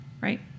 Right